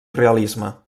realisme